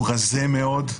הוא רזה מאוד,